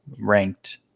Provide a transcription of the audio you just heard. ranked